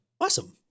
Awesome